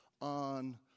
on